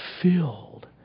filled